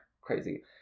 crazy